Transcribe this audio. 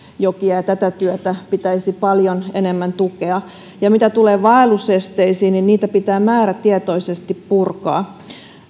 jokia tätä työtä pitäisi paljon enemmän tukea ja mitä tulee vaellusesteisiin niin niitä pitää määrätietoisesti purkaa